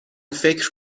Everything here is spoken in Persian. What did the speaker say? فکر